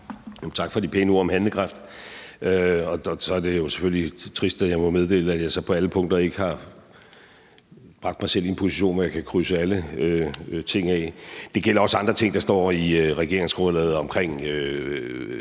Tak for de pæne ord om handlekraft. Og så er det jo selvfølgelig trist, at jeg må meddele, at jeg så ikke på alle punkter har bragt mig selv i en position, hvor jeg kan krydse alle ting af. Det gælder også andre ting, der står i regeringsgrundlaget, f.eks.